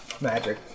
magic